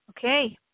Okay